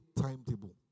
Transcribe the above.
timetable